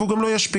והוא גם לא ישפיע.